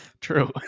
True